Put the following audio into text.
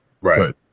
Right